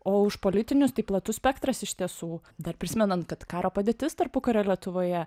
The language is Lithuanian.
o už politinius tai platus spektras iš tiesų dar prisimenant kad karo padėtis tarpukario lietuvoje